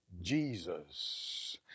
jesus